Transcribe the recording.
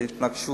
התנגשות